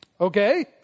okay